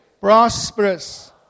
prosperous